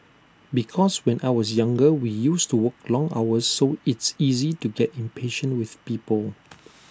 because when I was younger we used to work long hours so it's easy to get impatient with people